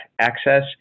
access